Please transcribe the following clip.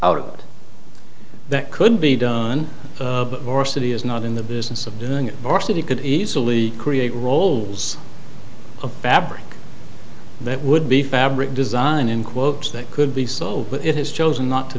it that could be done or a city is not in the business of doing it or city could easily create rolls of fabric that would be fabric design in quotes that could be sold but it has chosen not to